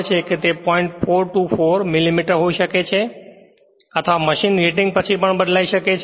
424 millimetre હોઈ શકે છે અથવા મશીન રેટિંગ પછી પણ બદલાઇ શકે છે